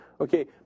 okay